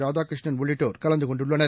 ராதாகிருஷ்ணன் உள்ளிட்டோர் கலந்து கொண்டுள்ளனர்